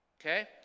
Okay